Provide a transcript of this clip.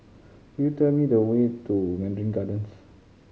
could you tell me the way to Mandarin Gardens